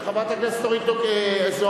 חברת הכנסת אורית זוארץ?